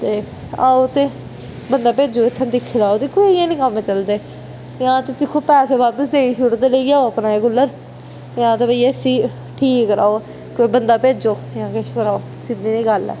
ते आओ ते बंदा भैजो इत्थै दिक्खी लेओ इयां नेईं कम्म चलदे जा ते दिक्खो पैसे बापस देई जाओ ते अपना कूलर लेई जाऔ जां ते भैया इसी ठीक करवाओ कोई बंदा भेजो जा किश करो सिद्धी नेईं गल्ल ऐ